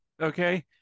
Okay